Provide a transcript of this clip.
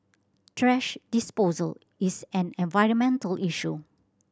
trash disposal is an environmental issue